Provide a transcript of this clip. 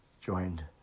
joined